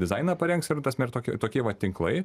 dizainą parengs ir ta prasme tokie va tinklai